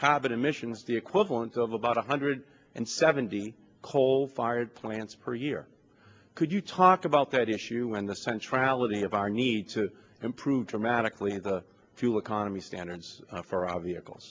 carbon emissions the equivalent of about one hundred and seventy coal fired plants per year could you talk about that issue when the sensuality of our need to improve dramatically and the fuel economy standards for our vehicle